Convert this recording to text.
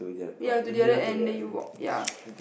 ya to the other end then you walk ya